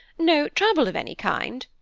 no trouble of any kind?